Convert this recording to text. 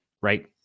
right